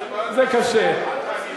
זה קשה.